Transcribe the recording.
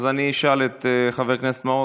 אז אני אשאל את חבר הכנסת מעוז,